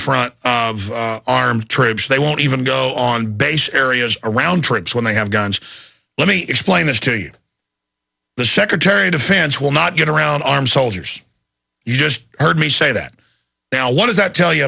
of troops they won't even go on base areas around trips when they have guns let me explain this to you the secretary of defense will not get around armed soldiers you just heard me say that now what does that tell you